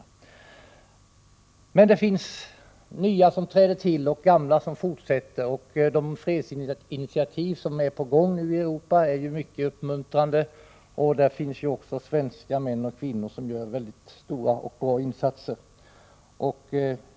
Men det finns nya organisationer som träder till och gamla som fortsätter. Det är mycket uppmuntrande med de fredsinitiativ som nu är på gång i Europa. I detta arbete finns också svenska män och kvinnor som gör väldigt stora och bra insatser.